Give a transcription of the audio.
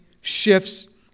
shifts